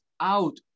out